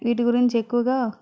వీటి గురించి ఎక్కువగా